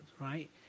right